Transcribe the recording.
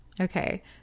okay